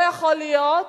לא יכול להיות